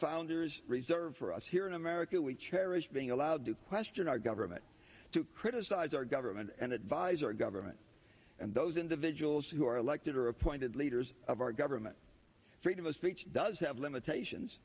founders reserved for us here in america we cherish being allowed to question our government to criticize our government and advise our government and those individuals who are elected or appointed leaders of our government freedom of speech does have limitations